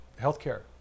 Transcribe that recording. healthcare